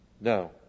No